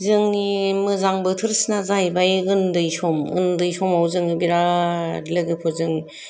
जोंनि मोजां बोथोरसिना जाहैबाय ओन्दै सम ओन्दै समाव जोङो बिरात लोगोफोरजों